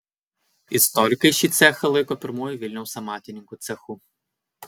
istorikai šį cechą laiko pirmuoju vilniaus amatininkų cechu